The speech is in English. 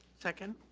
second.